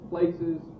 places